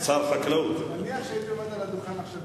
נניח שהייתי עומד על הדוכן במקומך.